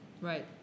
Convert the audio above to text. right